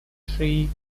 free